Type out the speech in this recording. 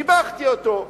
שיבחתי אותו,